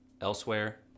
elsewhere